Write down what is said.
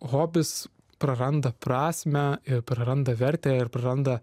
hobis praranda prasmę ir praranda vertę ir praranda